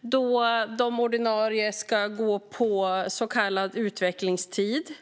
då de ordinarie ska gå på så kallad utvecklingstid.